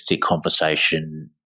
conversation